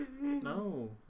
no